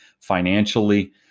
financially